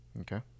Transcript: Okay